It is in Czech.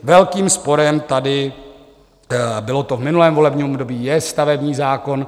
Velkým sporem tady, bylo to v minulém volebním období, je stavební zákon.